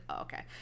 Okay